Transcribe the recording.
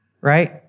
right